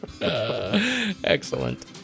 excellent